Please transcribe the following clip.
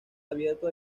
abierto